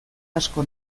asko